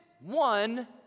one